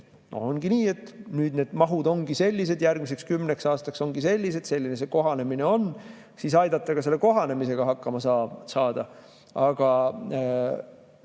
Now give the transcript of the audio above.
ongi nii, et nüüd need mahud ongi sellised, järgmiseks kümneks aastaks ongi sellised, selline see kohanemine on, siis tuleb aidata selle kohanemisega hakkama saada.